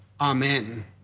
Amen